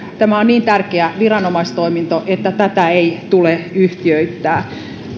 tämä on niin tärkeä viranomaistoiminta että tätä ei tule yhtiöittää